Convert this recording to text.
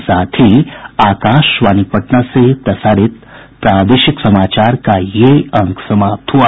इसके साथ ही आकाशवाणी पटना से प्रसारित प्रादेशिक समाचार का ये अंक समाप्त हुआ